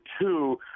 two